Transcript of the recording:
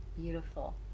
Beautiful